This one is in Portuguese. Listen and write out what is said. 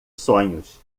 sonhos